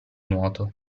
nuoto